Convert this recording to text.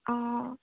অঁ